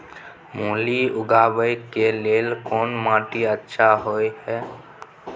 मूली उगाबै के लेल कोन माटी अच्छा होय है?